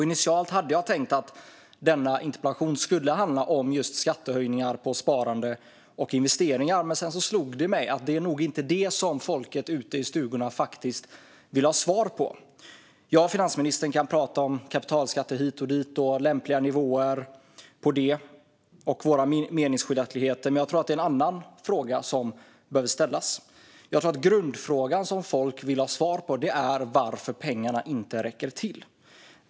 Initialt hade jag tänkt att denna interpellation skulle handla om just skattehöjningar på sparande och investeringar, men sedan slog det mig att det nog inte är detta som folk ute i stugorna faktiskt vill ha svar på. Jag och finansministern kan prata om kapitalskatter hit och dit och om lämpliga nivåer för detta, och vi kan ha våra meningsskiljaktigheter. Jag tror dock att det är en annan fråga som behöver ställas. Jag tror att grundfrågan som folk vill ha svar på är varför pengarna inte räcker till.